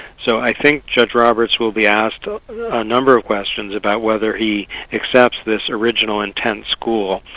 so i think judge roberts will be asked a number of questions about whether he accepts this original intent school,